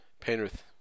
Penrith